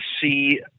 see